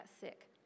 sick